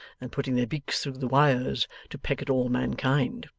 and putting their beaks through the wires to peck at all mankind